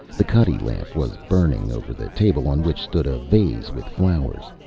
the cuddy lamp was burning over the table on which stood a vase with flowers,